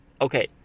okay